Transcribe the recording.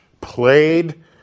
played